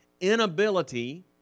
inability